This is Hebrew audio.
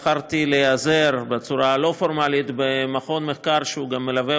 בחרתי להיעזר בצורה לא פורמלית במכון מחקר שגם מלווה